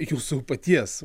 jūsų paties